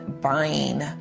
buying